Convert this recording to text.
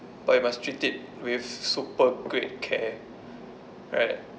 but you must treat it with superb great care right